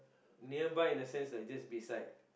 nearby the sense like just beside